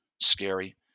scary